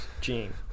Gene